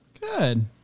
Good